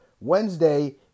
Wednesday